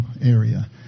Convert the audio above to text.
area